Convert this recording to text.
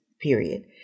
period